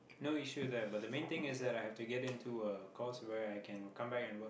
no issue right but the main thing is that I have to get into a course where I can come back and work